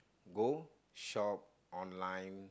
go shop online